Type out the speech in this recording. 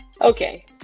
Okay